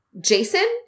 Jason